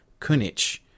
Kunich